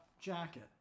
jacket